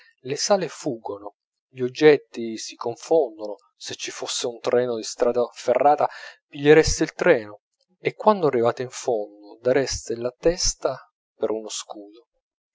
le sale fuggono gli oggetti si confondono se ci fosse un treno di strada ferrata pigliereste il treno e quando arrivate in fondo dareste la testa per uno scudo